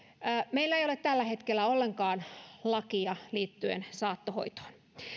meillä ei ole tällä hetkellä ollenkaan lakia liittyen saattohoitoon